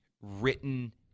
written